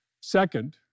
Second